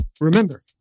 Remember